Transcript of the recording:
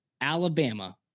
Alabama